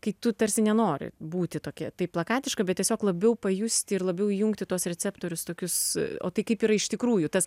kai tu tarsi nenori būti tokia tai plakatiška bet tiesiog labiau pajusti ir labiau įjungti tuos receptorius tokius o tai kaip yra iš tikrųjų tas